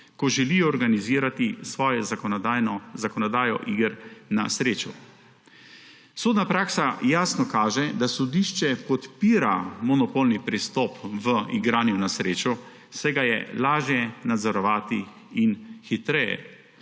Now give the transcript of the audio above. ko želijo organizirati svojo zakonodajo iger na srečo. Sodna praksa jasno kaže, da sodišče podpira monopolni pristop v igranju na srečo, saj ga je lažje nadzorovati in se